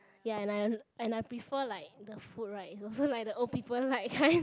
ya and I and I prefer like the food right is also like the old people like kind